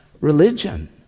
religion